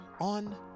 on